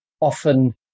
often